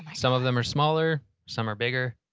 some of them are smaller, some are bigger.